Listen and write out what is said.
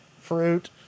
fruit